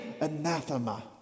anathema